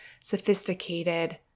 sophisticated